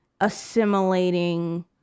assimilating